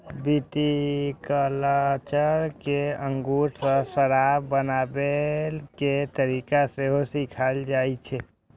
viticulture मे अंगूर सं शराब बनाबै के तरीका सेहो सिखाएल जाइ छै